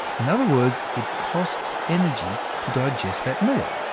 in other words, it costs energy to digest that meal.